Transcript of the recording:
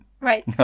Right